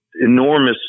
enormous